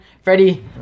Freddie